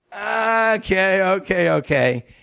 ah okay, okay, okay.